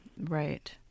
Right